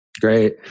Great